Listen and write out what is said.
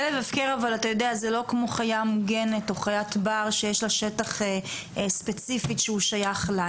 כלב הפקר זה לא כמו חיה מוגנת או חיית בר שיש לה שטח ספציפי ששייך לה.